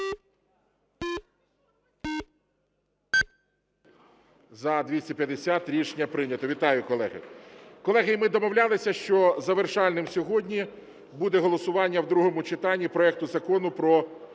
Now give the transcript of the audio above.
За-250 Рішення прийнято. Вітаю, колеги. Колеги, і ми домовлялися, що завершальним сьогодні буде голосування в другому читанні проекту Закону про